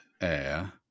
Air